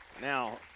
Now